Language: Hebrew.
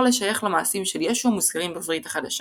לשייך למעשים של ישו המוזכרים בברית החדשה.